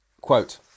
quote